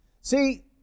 See